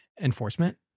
enforcement